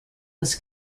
was